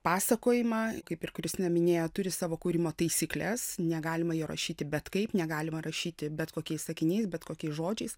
pasakojimą kaip ir kristina minėjo turi savo kūrimo taisykles negalima jo rašyti bet kaip negalima rašyti bet kokiais sakiniais bet kokiais žodžiais